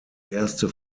erste